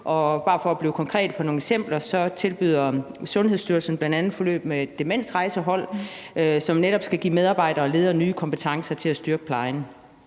og bare for at blive konkret med nogle eksempler vil jeg sige, at Sundhedsstyrelsen bl.a. tilbyder forløb med et demensrejsehold, som netop skal give medarbejdere og ledere nye kompetencer til at styrke plejen.